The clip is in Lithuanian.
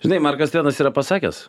žinai markas tvenas yra pasakęs